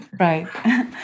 Right